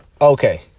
okay